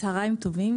צוהריים טובים.